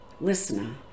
listener